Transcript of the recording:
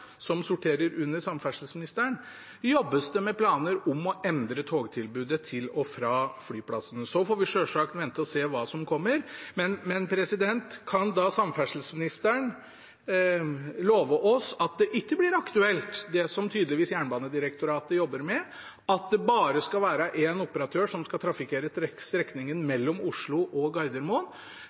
som sorterer under samferdselsministeren, jobbes det med planer om å endre togtilbudet til og fra flyplassene – så får vi selvsagt vente og se hva som kommer. Men: Kan samferdselsministeren love oss at det som Jernbanedirektoratet tydeligvis jobber med, ikke blir aktuelt – det skal bare være én operatør som skal trafikkere strekningen mellom Oslo og Gardermoen